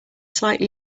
slightly